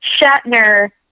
Shatner